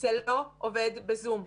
זה לא עובד בזום,